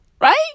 Right